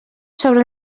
sobre